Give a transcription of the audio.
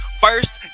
First